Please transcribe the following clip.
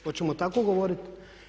Hoćemo tako govoriti?